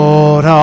Lord